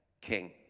king